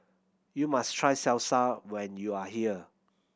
you must try Salsa when you are here